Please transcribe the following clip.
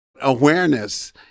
Awareness